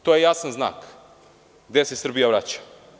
To je jasan znak gde se Srbija vraća.